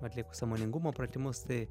atlieku sąmoningumo pratimus tai